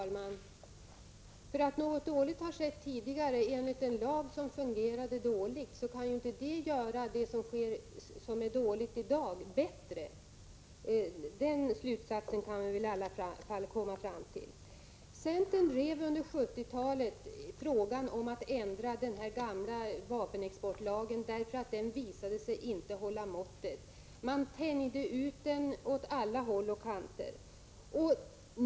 Herr talman! Att något dåligt har skett tidigare enligt en lag som fungerade dåligt kan ju inte göra det som är dåligt i dag bättre. Den slutsatsen kan vi väl i alla fall komma fram till. Centern drev under 1970-talet frågan om att ändra den gamla vapenexportlagen därför att den visade sig inte hålla måttet. Man tänjde ut den åt alla håll och kanter.